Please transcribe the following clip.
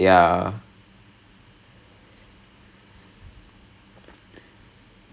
இல்லை அந்த போன வர்ஷம்:illai antha pona varsham I think by this time already we had started rehearsals and everything right